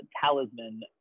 talisman